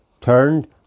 turned